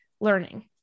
learning